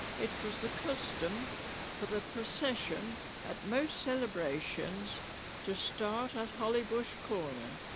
it was the custom for the procession at most celebrations to start at hollybush corner